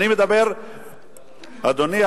אדוני,